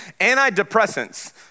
Antidepressants